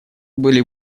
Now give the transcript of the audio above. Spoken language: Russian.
были